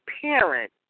parent